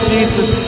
Jesus